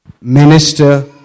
minister